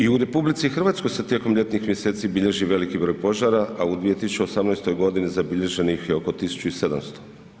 I u RH se tijekom ljetnih mjeseci bilježi veliki broj požara, a u 2018. godini zabilježeno ih je oko 1700.